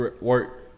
work